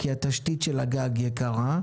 כי התשתית של הגג יקרה,